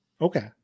okay